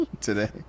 today